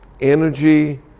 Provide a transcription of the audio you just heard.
energy